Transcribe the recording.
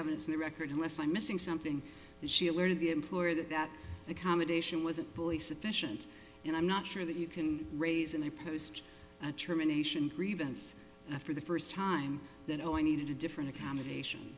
evidence in the record unless i'm missing something she alerted the employer that the commendation wasn't fully sufficient and i'm not sure that you can raise in the post a termination grievance after the first time that i needed a different accommodation